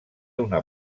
una